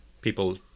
people